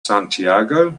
santiago